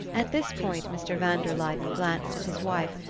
at this point mr. van der luyden glanced at his wife,